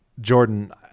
Jordan